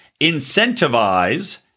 Incentivize